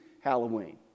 Halloween